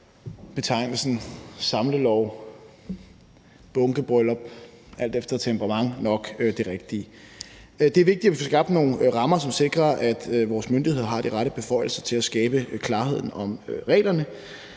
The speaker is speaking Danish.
betegnelsen samlelov eller bunkebryllup, alt efter temperament, nok det rigtige. Det er vigtigt, at vi får skabt nogle rammer, som sikrer, at vores myndigheder har de rette beføjelser til at skabe klarhed om reglerne,